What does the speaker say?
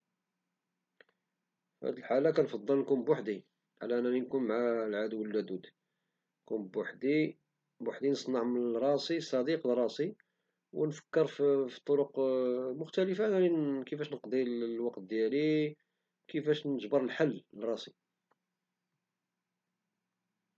في هد الحالة كنفضل نكون بحدي على أنني نكون مع العدو اللذوذ، بوحدي ونصنع من راسي صديق لراسي ونفكر في طرق مختلفة أنني كيفاش نقضي الوقت ديالي كيفاش نجبر الحل لراسي